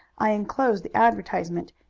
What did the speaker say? i inclose the advertisement,